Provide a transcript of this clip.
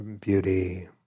beauty